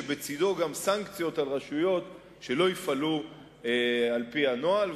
שבצדו גם סנקציות נגד רשויות שלא יפעלו על-פי הנוהל,